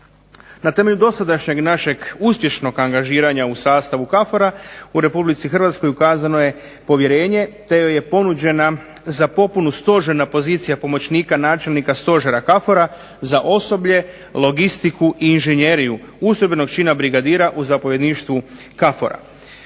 Na temelju dosadašnjeg našeg uspješnog angažiranja u sastavu KFOR-a u Republici Hrvatskoj ukazano je povjerenje te joj je ponuđena za popunu stožerna pozicija pomoćnika načelnika stožera KFOR-a za osoblje, logistiku i inženjeriju, ustrojbenog čina brigadira u zapovjedništvu KFOR-a.